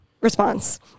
response